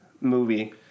movie